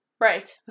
Right